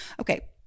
okay